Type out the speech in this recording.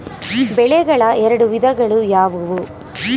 ಬೆಳೆಗಳ ಎರಡು ವಿಧಗಳು ಯಾವುವು?